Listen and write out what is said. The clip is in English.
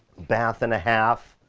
bath and a half,